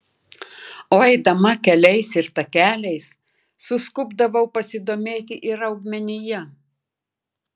o eidama keliais ir takeliais suskubdavau pasidomėti ir augmenija